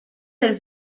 del